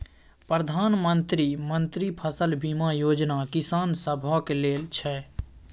प्रधानमंत्री मन्त्री फसल बीमा योजना किसान सभक लेल छै